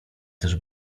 też